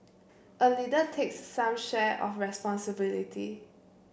a leader takes some share of responsibility